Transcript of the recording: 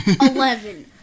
Eleven